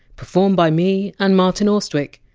performed by me and martin austwick,